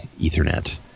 Ethernet